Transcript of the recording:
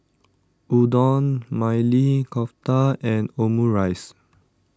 Udon Maili Kofta and Omurice